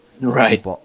Right